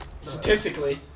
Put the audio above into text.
Statistically